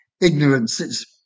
ignorances